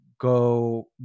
go